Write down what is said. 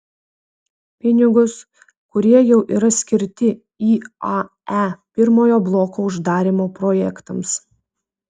pinigus kurie jau yra skirti iae pirmojo bloko uždarymo projektams